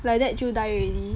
like that 就 die already